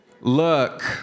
Look